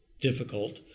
difficult